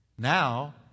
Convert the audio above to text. Now